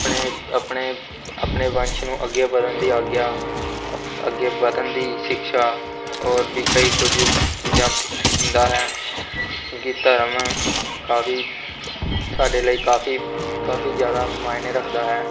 ਆਪਣੇ ਆਪਣੇ ਆਪਣੇ ਵੰਸ਼ ਨੂੰ ਅੱਗੇ ਵਧਣ ਦੀ ਆਗਿਆ ਅੱਗੇ ਵਧਣ ਦੀ ਸ਼ਿਕਸ਼ਾ ਔਰ ਵੀ ਕਈ ਕੁਝ ਚੀਜ਼ਾਂ ਦਿੰਦਾ ਹੈ ਕਿਉਂਕਿ ਧਰਮ ਕਾਫ਼ੀ ਸਾਡੇ ਲਈ ਕਾਫ਼ੀ ਕਾਫ਼ੀ ਜ਼ਿਆਦਾ ਮਾਇਨੇ ਰੱਖਦਾ ਹੈ